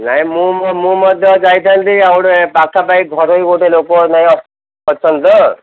ନାହିଁ ମୁଁ ମୁଁ ମଧ୍ୟ ଯାଇଥାନ୍ତି ଆଉ ଗୋଟେ ପାଖାପାଖି ଘରୋଇ ଗୋଟେ ଲୋକ ନାହିଁ ଅଛନ୍ତି ତ